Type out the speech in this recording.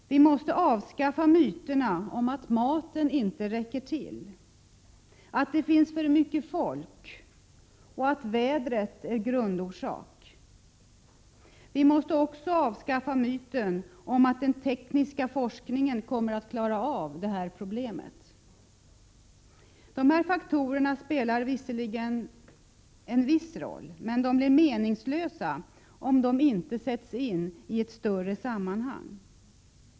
Vi måste avskaffa myterna om att maten inte räcker till, att det finns för mycket folk och att vädret är grundorsak. Vi måste också avskaffa myten om att den tekniska forskningen kommer att klara av det här problemet. Dessa faktorer spelar visserligen en viss roll, men de blir meningslösa om de inte sätts in i ett större sammanhang.